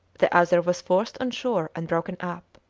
the other was forced on shore and broken up.